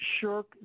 shirk